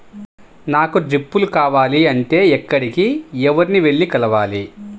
నాకు డ్రిప్లు కావాలి అంటే ఎక్కడికి, ఎవరిని వెళ్లి కలవాలి?